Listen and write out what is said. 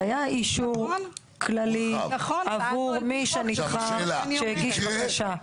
זה היה אישור כללי עבור מי שנצרך והגיש בקשה.